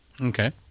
Okay